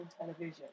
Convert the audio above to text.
television